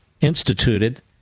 instituted